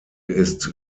ist